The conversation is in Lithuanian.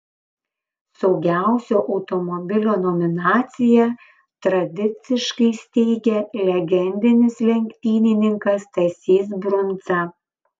saugiausio automobilio nominaciją tradiciškai steigia legendinis lenktynininkas stasys brundza